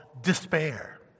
despair